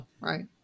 right